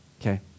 okay